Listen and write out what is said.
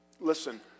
Listen